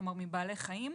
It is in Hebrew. כלומר מבעלי חיים,